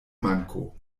manko